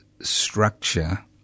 structure